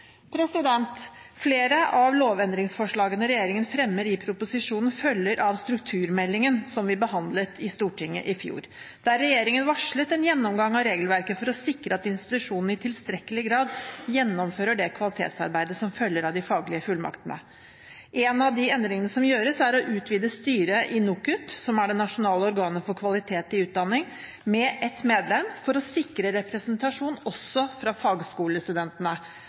regjeringen. Flere av lovendringsforslagene regjeringen fremmer i proposisjonen, følger av strukturmeldingen, som vi behandlet i Stortinget i fjor, der regjeringen varslet en gjennomgang av regelverket for å sikre at institusjonene i tilstrekkelig grad gjennomfører det kvalitetsarbeidet som følger av de faglige fullmaktene. En av de endringene som gjøres, er å utvide styret i NOKUT, som er det nasjonale organet for kvalitet i utdanningen, med ett medlem, for å sikre representasjon også fra fagskolestudentene.